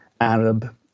Arab